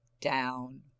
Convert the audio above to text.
down